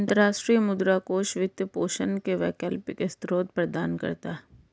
अंतर्राष्ट्रीय मुद्रा कोष वित्त पोषण के वैकल्पिक स्रोत प्रदान करता है